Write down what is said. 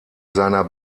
seiner